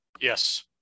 Yes